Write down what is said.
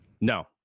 No